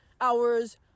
hours